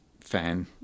fan